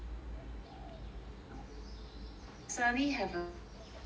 uh like you I suddenly have a lot of time